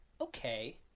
okay